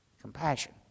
compassion